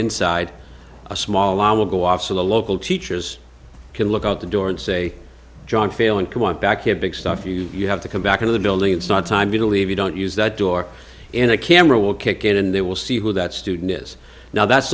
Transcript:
inside a small i will go off to the local teachers can look out the door and say john failand come on back here big stuff you you have to come back into the building it's not time going to if you don't use that door and a camera will kick in and they will see who that student is now that's